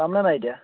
পাম নে নাই এতিয়া